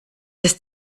ist